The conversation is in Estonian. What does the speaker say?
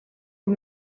kui